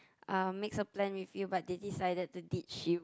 uh makes a plan with you but they decided to ditch you